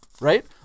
right